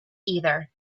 either